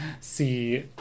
see